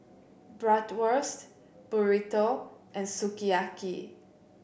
Bratwurst Burrito and Sukiyaki